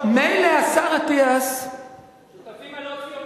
השותפים הלא-ציונים.